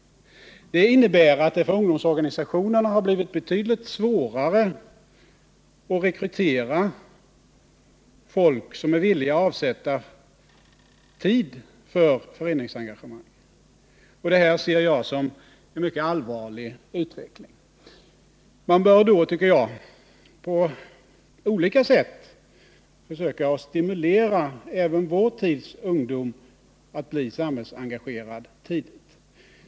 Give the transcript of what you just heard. Det innebär att det för ungdomsorganisationerna har blivit betydligt svårare att rekrytera personer som är villiga att avsätta tid för föreningsengagemang. Detta ser jag som en mycket allvarlig utveckling. Man bör då, tycker jag, på olika sätt försöka stimulera även vår tids ungdom att bli samhällsengagerad tidigt.